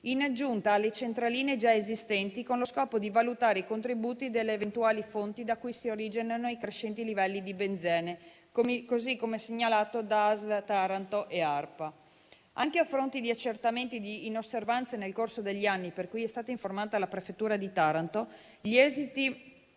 in aggiunta alle centraline già esistenti, con lo scopo di valutare i contributi delle eventuali fonti da cui si originano i crescenti livelli di benzene, così come segnalato da ASL Taranto e ARPA. Anche a fronte di accertamenti di inosservanze nel corso degli anni, per cui è stata informata la prefettura di Taranto, si evidenzia